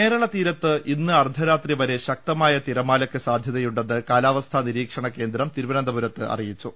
കേരള തീർത്ത് ഇന്ന് അർധരാത്രിവരെ ശക്തമായ തിരമാ ലയ്ക്ക് സാധൃതയുണ്ടെന്ന് കാലാവസ്ഥാ നിരീക്ഷണകേന്ദ്രം തിരുവനന്തപുരത്ത് അറിയിച്ചു